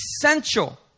essential